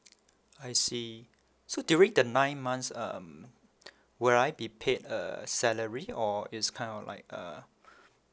I see so during the nine months um will I be paid a salary or it's kind of like uh